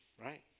right